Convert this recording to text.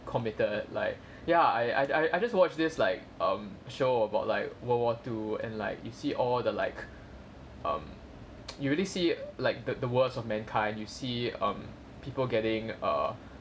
committed err like ya I I I just watched this like um show about like world war two and like you see all the like um you really see like the worst of mankind you see um people getting err